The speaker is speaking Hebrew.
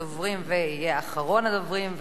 ויהיה אחרון הדוברים וראשון הדוברים,